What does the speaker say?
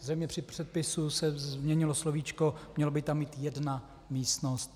Zřejmě při přepisu se změnilo slovíčko, mělo by tam být jedna místnost.